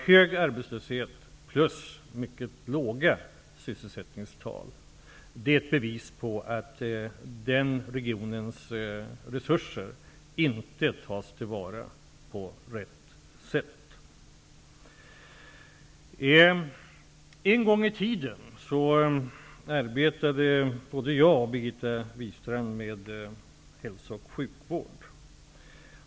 Hög arbetslöshet plus mycket låga sysselsättningstal är ett bevis på att en regions resurser inte tas till vara på rätt sätt. En gång i tiden arbetade både jag och Birgitta Wistrand med hälso och sjukvård.